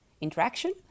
interaction